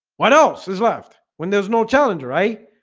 what else is left when there's no challenge, right?